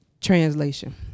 Translation